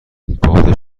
باد